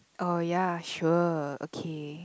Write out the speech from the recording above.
oh ya sure okay